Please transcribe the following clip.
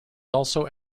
also